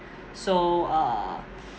so uh